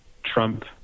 trump